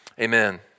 amen